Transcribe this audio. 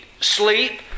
sleep